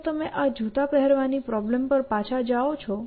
જો તમે આ જૂતા પહેરવાની પ્રોબ્લેમ પર પાછા જાઓ છો